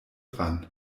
dran